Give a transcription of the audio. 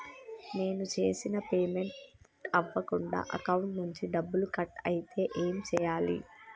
నేను చేసిన పేమెంట్ అవ్వకుండా అకౌంట్ నుంచి డబ్బులు కట్ అయితే ఏం చేయాలి?